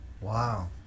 Wow